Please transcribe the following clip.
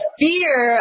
fear